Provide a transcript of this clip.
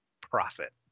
profit